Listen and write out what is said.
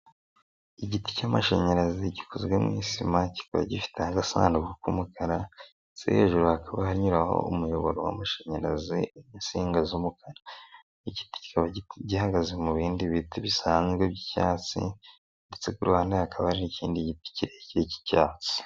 Igiti cy'amashanyarazi gikozwe mu isima kikaba gifite n'agasanduku k'umukara, ndetse hejuru hakaba hanyuraho umuyoboro w'amashanyarazi n'insinga z'umukara, gihagaze mu bindi biti bisanzwe by'icyatsi ndetse ku ruhande hakaba n'ikindi giti k'icyatsi.